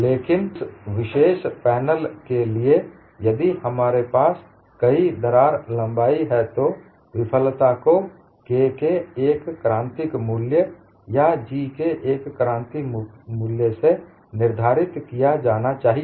लेकिन उस विशेष पैनल के लिए यदि हमारे पास कई दरार लंबाई है तो विफलता को K के एक क्रांतिक मूल्य या G के एक क्रांतिक मूल्य से निर्धारित किया जाना चाहिए